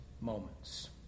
moments